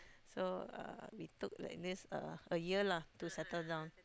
so uh we took at least a a year lah to settle down